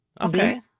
Okay